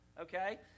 Okay